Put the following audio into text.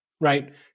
right